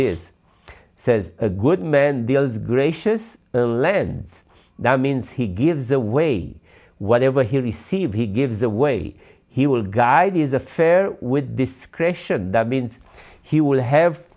this says a good man deals gracious lands that means he gives away whatever he receives he gives away he will guide his affair with discretion that means he will have